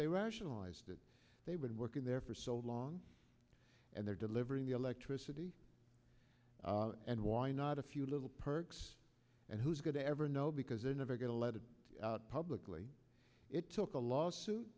they rationalize that they've been working there for so long and they're delivering the electricity and why not a few little perks and who good to ever know because they're never going to let it out publicly it took a lawsuit